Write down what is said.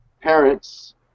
parents